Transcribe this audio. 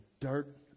dirt